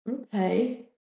Okay